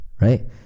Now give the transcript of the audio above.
right